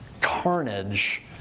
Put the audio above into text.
carnage